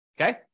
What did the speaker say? Okay